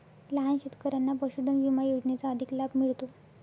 लहान शेतकऱ्यांना पशुधन विमा योजनेचा अधिक लाभ मिळतो